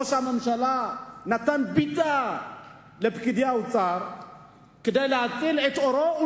ראש הממשלה נתן בעיטה לפקידי האוצר כדי להציל את עורו,